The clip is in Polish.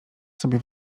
sobie